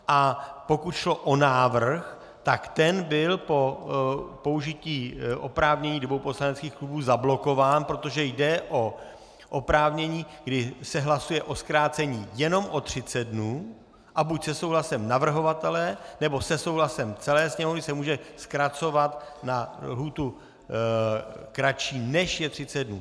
A pokud šlo o návrh, tak ten byl po použití oprávnění dvou poslaneckých klubů zablokován, protože jde o oprávnění, kdy se hlasuje o zkrácení jenom o 30 dnů, a buď se souhlasem navrhovatele, nebo se souhlasem celé Sněmovny se může zkracovat na lhůtu kratší, než je 30 dnů.